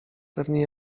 pewnie